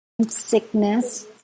sickness